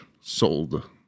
sold